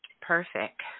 Perfect